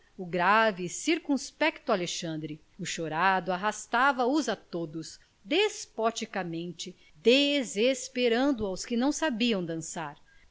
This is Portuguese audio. o grave e circunspecto alexandre o chorado arrastava os a todos despoticamente desesperando aos que não sabiam dançar